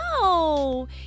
No